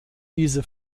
diese